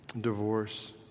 divorce